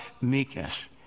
meekness